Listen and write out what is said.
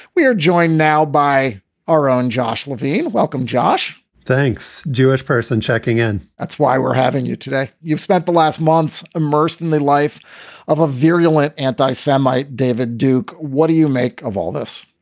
we are joined now by our own josh levine. welcome, josh thanks. jewish person checking in that's why we're having you today. you've spent the last months immersed in the life of a virulent anti-semite, david duke. what do you make of all this?